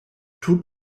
tut